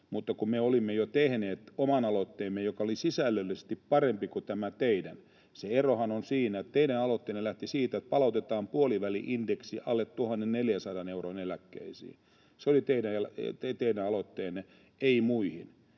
mutta me olimme jo tehneet oman aloitteemme, joka oli sisällöllisesti parempi kuin tämä teidän. Se erohan on siinä, että teidän aloitteenne lähti siitä, että palautetaan puoliväli-indeksi alle 1 400 euron eläkkeisiin — se oli teidän aloitteenne — ei muihin.